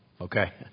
Okay